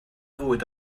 fwyd